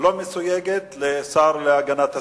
לא מסויגת לשר להגנת הסביבה.